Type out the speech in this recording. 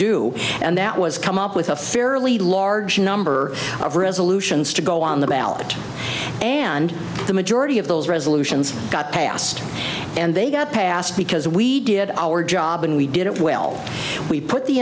do and that was come up with a fairly large number of resolutions to go on the ballot and the majority of those resolutions got passed and they got passed because we did our job and we did it well we put the